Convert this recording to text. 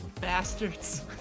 Bastards